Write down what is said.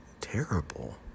terrible